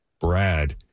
Brad